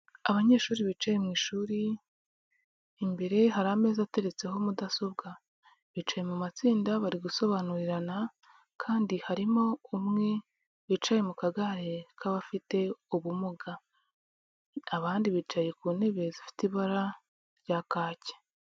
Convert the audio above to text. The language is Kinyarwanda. Abanyeshuri bicaye mu ishuri, imbere hari ameza ateretseho mudasobwa, bicaye mu matsinda bari gusobanurirana kandi harimo umwe wicaye mu kagare k'abafite ubumuga, abandi bicaye ku ntebe zifite ibara rya kaki.